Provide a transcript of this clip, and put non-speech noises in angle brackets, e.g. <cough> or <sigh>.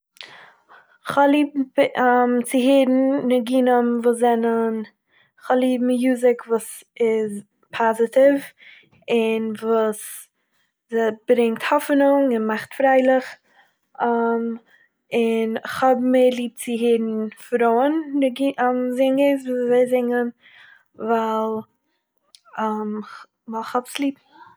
כ'האב ליב <hesitation> צו הערן ניגונים וואס זענען- כ'האב ליב מיוזיק וואס איז פאזיטיוו און וואס ברענגט האפענונג און מאכט פריילעך <hesitation> כ'האב מער ליב צו הערן פרויען נגינ- <hesitation> זינגערס וואס זינגען ווייל, <hesitation> ווייל, כ'האב עס ליב